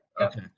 Okay